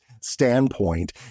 standpoint